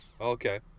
Okay